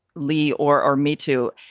lee or or me, too.